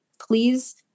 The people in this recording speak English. please